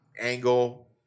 angle